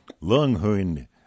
longhorn